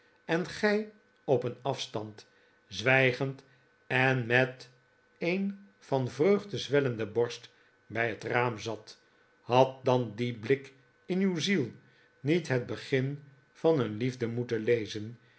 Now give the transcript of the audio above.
en gij op een afstand zwijgend en met een van vreugde zwellende borst bij het raam zat had dan die blik in uw ziel niet het begin van een liefde moeten lezen